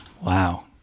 Wow